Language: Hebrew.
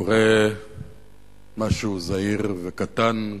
קורה משהו זעיר וקטן,